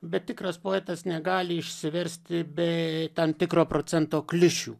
bet tikras poetas negali išsiversti be tam tikro procento klišių